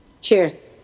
Cheers